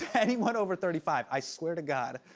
anyone over thirty five, i swear to god,